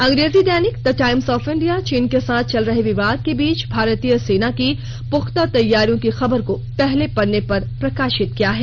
अंग्रेजी दैनिक the Times of India चीन के साथ चल रहे विवाद के बीच भारतीय सेना की पुख्ता तैयारियों की खबर को पहले पन्ने पर प्रकाशित किया है